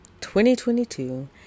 2022